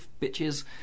bitches